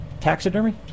taxidermy